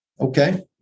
Okay